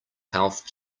health